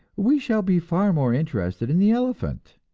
we shall be far more interested in the elephant,